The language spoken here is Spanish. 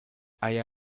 haya